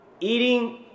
eating